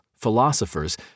philosophers